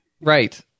Right